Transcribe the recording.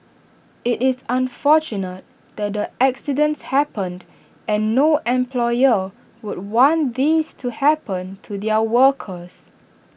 IT is unfortunate that the accidents happened and no employer would want these to happen to their workers